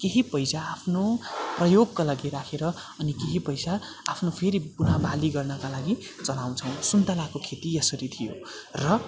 केही पैसा आफ्नो प्रयोगको लागि राखेर अनि केही पैसा आफ्नो फेरि पुनः बाली गर्नका लागि चलाउँछौँ सुन्तलाको खेती यसरी थियो र